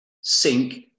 sink